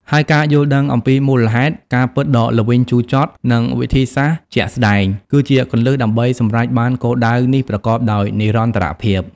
ហើយការយល់ដឹងអំពីមូលហេតុ ការពិតដ៏ល្វីងជូរចត់ និងវិធីសាស្រ្តជាក់ស្តែង គឺជាគន្លឹះដើម្បីសម្រេចបានគោលដៅនេះប្រកបដោយនិរន្តរភាព។